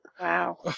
Wow